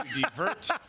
divert